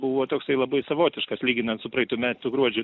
buvo toksai labai savotiškas lyginant su praeitų metų gruodžiu